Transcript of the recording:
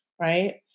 right